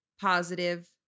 positive